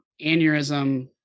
aneurysm